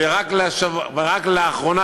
ורק לאחרונה,